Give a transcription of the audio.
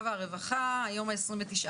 היום יום שני,